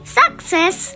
success